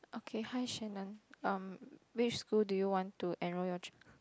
okay hi Shannon um which school do you want to enrol your chi~